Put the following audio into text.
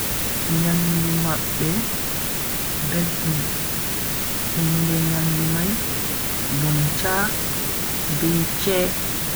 Nyamdu mabbe beldum, inde nyamdu mai buncha be che.